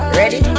ready